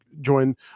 join